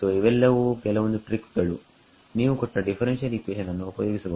ಸೋಇವೆಲ್ಲವೂ ಕೆಲವೊಂದು ಟ್ರಿಕ್ ಗಳು ನೀವು ಕೊಟ್ಟ ಡಿಫರೆನ್ಶಿಯಲ್ ಇಕ್ವೇಷನ್ ಅನ್ನು ಉಪಯೋಗಿಸಬಹುದು